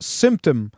symptom